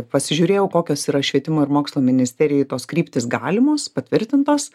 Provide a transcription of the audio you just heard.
pasižiūrėjau kokios yra švietimo ir mokslo ministerijai tos kryptys galimos patvirtintos